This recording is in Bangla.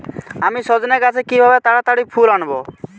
আমি সজনে গাছে কিভাবে তাড়াতাড়ি ফুল আনব?